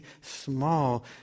small